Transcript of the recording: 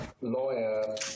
lawyer